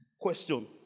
Question